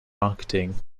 marketing